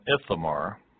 Ithamar